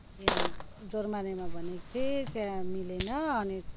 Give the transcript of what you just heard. यहाँ जोरमानेमा भनेको थिएँ त्यहाँ मिलेन अनि